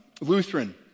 Lutheran